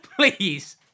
Please